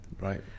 Right